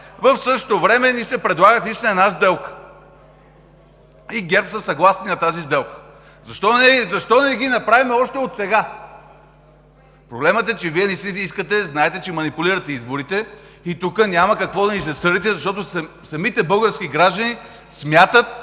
в същото време ни се предлага една сделка и ГЕРБ са съгласни на тази сделка. Защо не ги направим още отсега?! Проблемът е, че Вие не искате. Знаете, че манипулирате изборите, и тук няма какво да ни се сърдите, защото самите български граждани смятат,